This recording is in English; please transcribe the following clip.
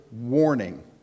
warning